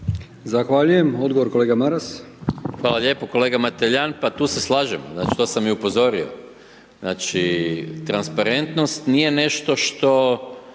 Zahvaljujem. Odgovor kolega Maras. **Maras, Gordan (SDP)** Hvala lijepo. Kolega Mateljan, pa tu se slažem, znači, to sam i upozorio. Znači, transparentnost nije nešto što